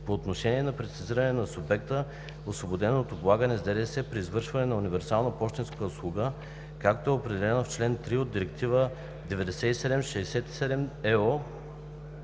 по отношение на прецизиране на субекта, освободен от облагане с ДДС при извършване на „универсална пощенска услуга“, както е определена в член 3 от Директива 97/67/ЕО